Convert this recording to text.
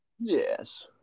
Yes